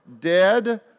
dead